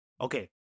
Okay